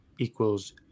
equals